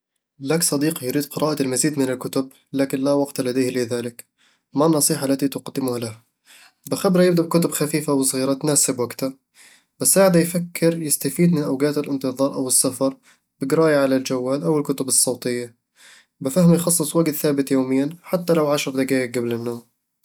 لك صديق يريد قراءة المزيد من الكتب لكن لا وقت لديه لذلك. ما النصيحة التي تقدمها له؟ بخبره يبدأ بكتب خفيفة وصغيرة تناسب وقته بساعده يفكر يستفيد من أوقات الانتظار أو السفر بقراءة على الجوال أو الكتب الصوتية بفهمه يخصص وقت ثابت يوميًا حتى لو عشر دقايق قبل النوم